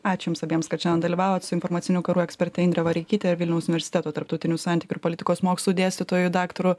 ačiū jums abiems kad šiandien dalyvavot su informaciniu karu ekspertė indrė vareikytė ir vilniaus universiteto tarptautinių santykių ir politikos mokslų dėstytoju daktaru